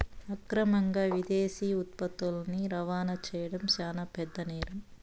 అక్రమంగా విదేశీ ఉత్పత్తులని రవాణా చేయడం శాన పెద్ద నేరం